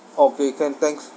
okay can thanks